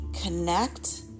connect